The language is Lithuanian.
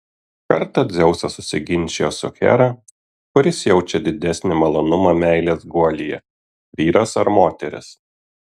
kartą dzeusas susiginčijo su hera kuris jaučia didesnį malonumą meilės guolyje vyras ar moteris